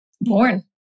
born